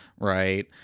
Right